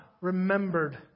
remembered